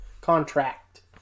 Contract